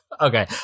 Okay